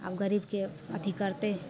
आब गरीबके अथी करतै